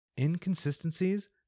Inconsistencies